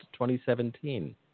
2017